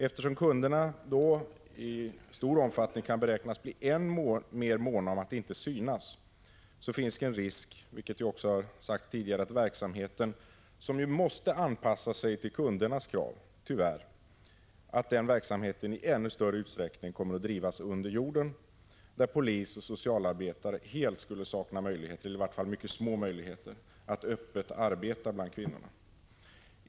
Eftersom kunderna då kan beräknas bli än mer måna om att inte synas, finns en risk — vilket också sagts tidigare, att verksamheten, som ju tyvärr måste anpassa sig till kundernas krav, i större utsträckning drivs under jorden, där polis och socialarbetare helt skulle sakna möjligheter eller i varje fall ha mycket små möjligheter att öppet arbeta bland kvinnorna.